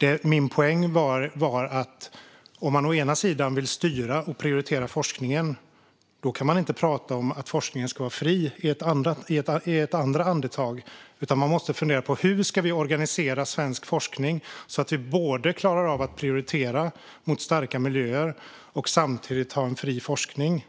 Men min poäng var att om man å ena sidan vill styra och prioritera forskningen kan man inte å andra sidan prata om att forskningen ska vara fri. Man måste fundera på hur vi ska organisera svensk forskning så att vi både klarar av att prioritera mot starka miljöer och samtidigt ha en fri forskning.